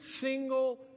single